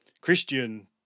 christian